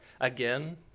again